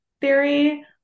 theory